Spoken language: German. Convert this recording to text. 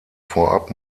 vorab